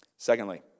Secondly